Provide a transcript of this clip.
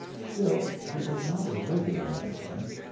still he was not a regular mendicant,